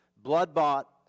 Blood-bought